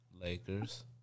Lakers